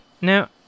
Now